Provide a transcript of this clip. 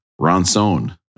Ronson